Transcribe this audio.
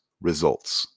Results